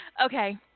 okay